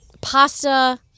pasta